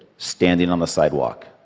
standing on the sidewalk.